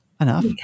Enough